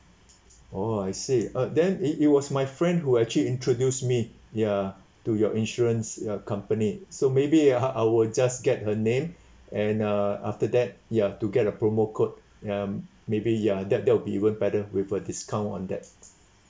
oh I see uh then eh it was my friend who actually introduce me ya to your insurance your company so maybe I I will just get her name and uh after that ya to get a promo code ya maybe ya that that would be even better with a discount on that